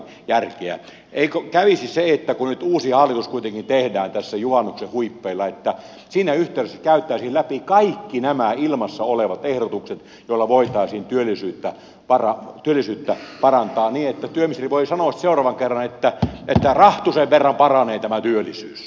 eikö kävisi se että kun nyt uusi hallitus kuitenkin tehdään tässä juhannuksen huippeilla niin siinä yhteydessä käytäisiin läpi kaikki nämä ilmassa olevat ehdotukset joilla voitaisiin työllisyyttä parantaa niin että työministeri voi sanoa sitten seuraavan kerran että rahtusen verran paranee tämä työllisyys